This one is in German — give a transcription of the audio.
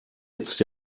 jetzt